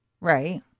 Right